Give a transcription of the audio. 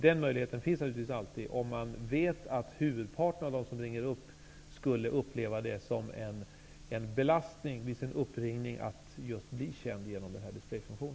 Den möjligheten finns naturligtvis alltid om man vet att huvudparten av dem som ringer upp skulle uppleva det som en belastning att vid en uppringning bli känd just genom denna displayfunktion.